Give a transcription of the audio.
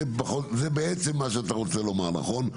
זה בעצם מה שאתה רוצה לומר נכון?